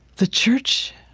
the church,